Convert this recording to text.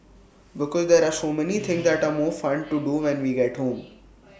because there're so many things that are more fun to do when we get home